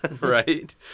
Right